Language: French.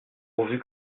pourvu